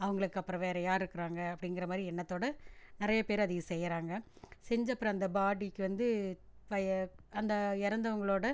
அவங்களுக்கு அப்புறம் வேற யார் இருக்கிறாங்க அப்படிங்கிற மாதிரி எண்ணத்தோட நிறைய பேர் அதையே செய்கிறாங்க செஞ்ச அப்புறம் அந்த பாடிக்கு வந்து அந்த இறந்தவங்களோட